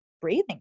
breathing